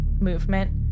movement